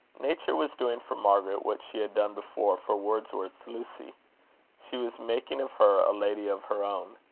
nature was doing for margaret what she had done before for wordsworth's lucy she was making of her a lady of her own.